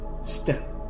Step